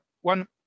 one